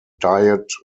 diet